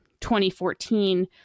2014